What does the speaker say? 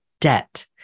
debt